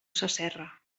sasserra